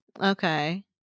Okay